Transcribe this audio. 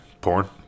porn